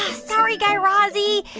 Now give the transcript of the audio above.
ah sorry, guy razzie.